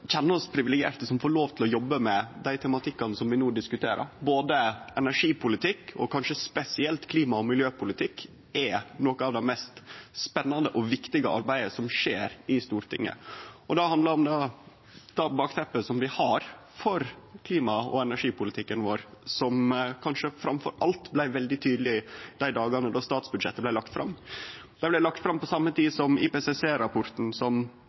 kjenner oss privilegerte som får lov til å jobbe med dei tematikkane vi no diskuterer. Energipolitikk og kanskje spesielt klima- og miljøpolitikk er noko av det mest spennande og viktigaste arbeidet som skjer i Stortinget. Det handlar om bakteppet vi har for klima- og energipolitikken vår, som kanskje framfor alt blei veldig tydeleg i dagane då statsbudsjettet blei lagt fram. Det blei lagt fram på same tid som